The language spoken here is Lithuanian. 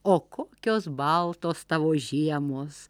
o kokios baltos tavo žiemos